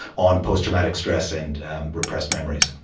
on post-traumatic stress and repressed memories.